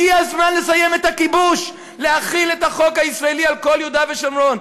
הגיע הזמן לסיים את הכיבוש ולהחיל את החוק הישראלי על כל יהודה ושומרון.